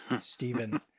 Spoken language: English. Stephen